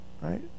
right